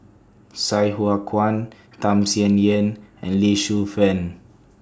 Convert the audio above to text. Sai Hua Kuan Tham Sien Yen and Lee Shu Fen